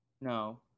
No